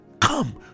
Come